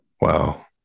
Wow